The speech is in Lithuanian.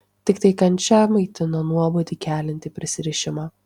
tiktai kančia maitino nuobodį keliantį prisirišimą